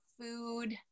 food